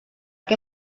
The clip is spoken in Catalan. què